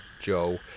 joe